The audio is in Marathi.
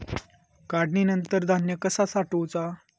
काढणीनंतर धान्य कसा साठवुचा?